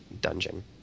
Dungeon